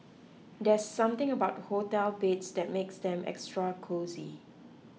there's something about hotel beds that makes them extra cosy